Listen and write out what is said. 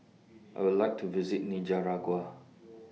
I Would like to visit Nicaragua